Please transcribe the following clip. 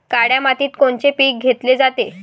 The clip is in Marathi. काळ्या मातीत कोनचे पिकं घेतले जाते?